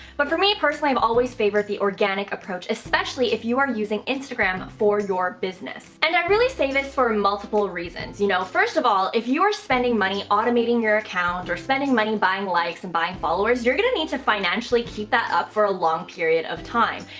but for me personally, i've always favored the organic approach, especially if you are using instagram for your business. and i really say this for multiple reasons. you know first of all, if you're spending money automating your account or spending money buying likes and buying followers, you're going to need to financially keep that up for a long period of time.